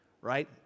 right